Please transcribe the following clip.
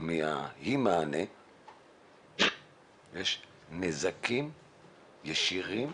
מאי המענה יש על פניו נזקים ישירים